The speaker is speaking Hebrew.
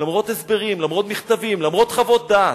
למרות הסברים, למרות מכתבים, למרות חוות דעת.